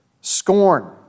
scorn